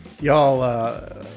Y'all